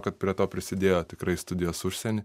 kad prie to prisidėjo tikrai studijos užsieny